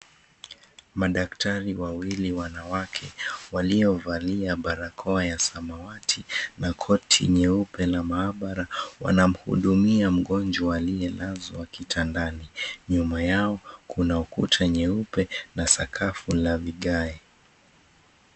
Madaktari wawili wanawake waliovalia barakoa ya samawati na koti nyeupe na maabara wanamhudumia mgonjwa aliyelazwa kitandani. Nyuma yao kuna ukuta nyeupe na sakafu la vigae.